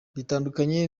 bitandukanye